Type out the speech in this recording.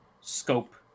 scope